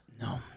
No